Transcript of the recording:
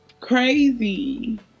Crazy